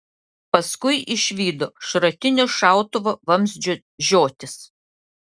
paskui išvydo šratinio šautuvo vamzdžio žiotis